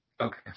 Okay